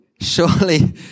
surely